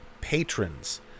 patrons